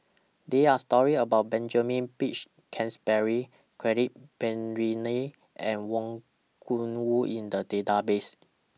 There Are stories about Benjamin Peach Keasberry Quentin Pereira and Wang Gungwu in The Database